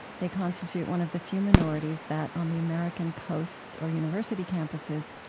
they constitute one of the few minorities that, on the american coasts or university campuses,